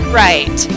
right